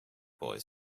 boy